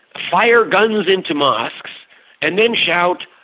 fire guns into mosques and then shout,